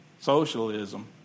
socialism